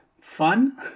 fun